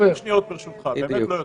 30 שניות, ברשותך, באמת לא יותר.